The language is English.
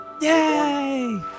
Yay